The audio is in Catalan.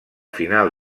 final